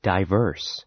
Diverse